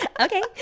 okay